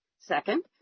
Second